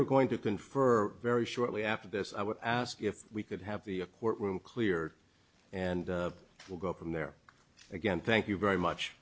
are going to confer very shortly after this i would ask if we could have the courtroom cleared and we'll go from there again thank you very much